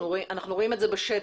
אנחנו רואים את זה בשטח,